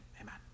Amen